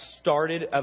started